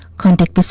contact